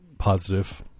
positive